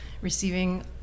receiving